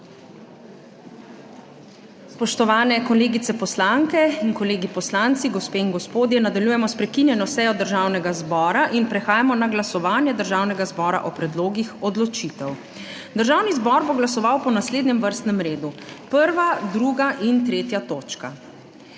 Spoštovani kolegice poslanke in kolegi poslanci, gospe in gospodje, nadaljujemo s prekinjeno sejo Državnega zbora. Prehajamo na glasovanje Državnega zbora o predlogih odločitev. Državni zbor bo glasoval po naslednjem vrstnem redu 1., 2., in 3. točka.